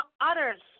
others